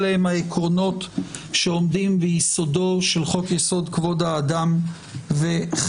אלה הם העקרונות שעומדים ביסודו של חוק יסוד: כבוד האדם וחירותו.